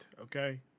okay